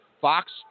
Fox